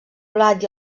blat